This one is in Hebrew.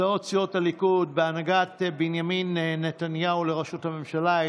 הצעת סיעות הליכוד בהנהגת בנימין נתניהו לראשות הממשלה,